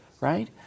right